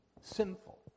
sinful